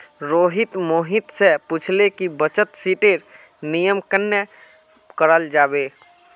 रोहित मोहित स पूछले कि बचत शीटेर निर्माण कन्ना कराल जाबे